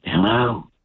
Hello